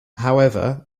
however